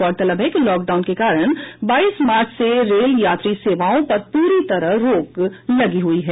गौरतलब है कि लाकडाउन के कारण बाईस मार्च से रेल यात्री सेवाओं पर प्ररी तरह रोक लगी हुई है